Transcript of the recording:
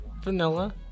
vanilla